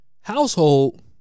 household